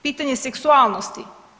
Pitanje seksualnosti?